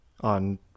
on